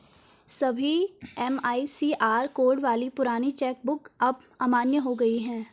सभी MICR code वाली पुरानी चेक बुक अब अमान्य हो गयी है